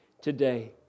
today